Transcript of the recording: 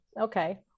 okay